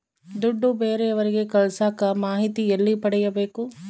ದುಡ್ಡು ಬೇರೆಯವರಿಗೆ ಕಳಸಾಕ ಮಾಹಿತಿ ಎಲ್ಲಿ ಪಡೆಯಬೇಕು?